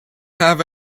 have